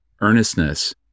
earnestness